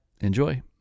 enjoy